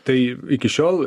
tai iki šiol